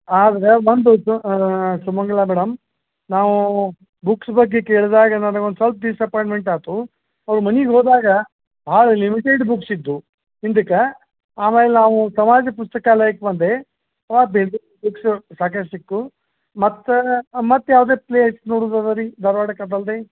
ಆದರೆ ಒಂದು ಇತ್ತು ಸುಮಂಗಲ ಮೇಡಮ್ ನಾವು ಬುಕ್ಸ್ ಬಗ್ಗೆ ಕೇಳಿದಾಗ ನನಗೆ ಒಂದು ಸ್ವಲ್ಪ ಡಿಸಪಾಂಯ್ಟ್ಮೆಂಟ್ ಆಯ್ತು ಅವ್ರ ಮನೇಗ್ ಹೋದಾಗ ಭಾಳ ಲಿಮಿಟೆಡ್ ಬುಕ್ಸ್ ಇದ್ದವು ಹಿಂದಕ್ಕೆ ಆಮೇಲೆ ನಾವು ಸಮಾಜ ಪುಸ್ತಕ ಎಲ್ಲ ಇಟ್ಟು ಬಂದೆ ಬುಕ್ಸ್ ಪ್ಯಾಕೆಟ್ ಸಿಕ್ಕವು ಮತ್ತು ಮತ್ತು ಯಾವ್ದ್ಯಾವ್ದು ಪ್ಲೇಸ್ ನೋಡೋದದಾ ರೀ ಧಾರವಾಡ